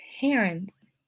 parents